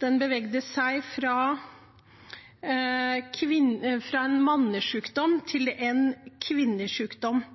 Den beveget seg fra en mannesykdom til en kvinnesykdom. Det